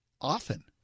often